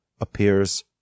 appears